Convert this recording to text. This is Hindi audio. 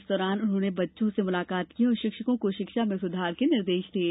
इस दौरान उन्होंने बच्चों से मुलाकात की और शिक्षकों को शिक्षा में सुधार के निर्देश दिये